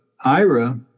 Ira